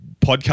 podcast